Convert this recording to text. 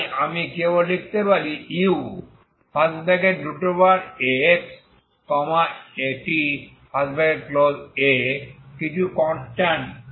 তাই আমি কেবল লিখতে পারি uaxata কিছু কনস্ট্যান্ট